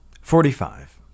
Forty-five